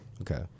Okay